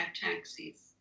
taxis